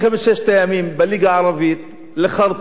לחרטום, אמרו לא למשא-ומתן,